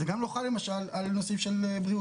זה גם לא חל על נושאים של בריאות,